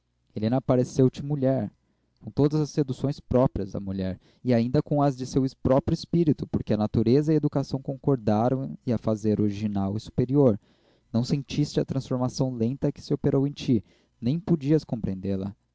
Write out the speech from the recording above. mal helena apareceu te mulher com todas as seduções próprias da mulher e mais ainda com as de seu próprio espírito porque a natureza e a educação acordaram em a fazer original e superior não sentiste a transformação lenta que se operou em ti nem podias compreendê la